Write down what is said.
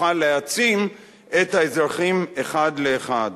תוכל להעצים את האזרחים אחד לאחד.